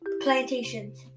plantations